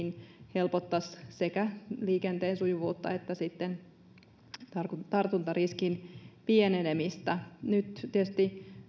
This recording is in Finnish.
helpottaisi sekä liikenteen sujuvuutta että tartuntariskin pienenemistä nyt tietysti